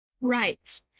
Right